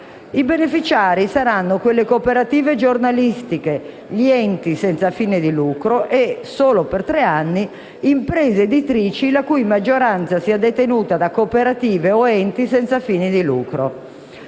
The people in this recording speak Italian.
I beneficiari saranno quelle cooperative giornalistiche, gli enti senza fine di lucro e, solo per tre anni, le imprese editrici la cui maggioranza sia detenuta da cooperative o enti senza fini di lucro.